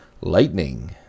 lightning